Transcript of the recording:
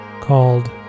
called